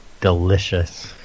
Delicious